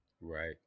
Right